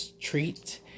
treat